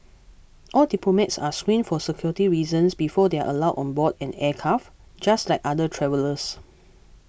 all diplomats are screened for security reasons before they are allowed on board an aircraft just like other travellers